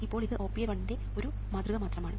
ഇപ്പോൾ ഇത് OPA1 ന്റെ ഒരു മാതൃക മാത്രമാണ്